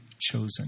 chosen